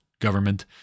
government